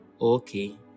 Okay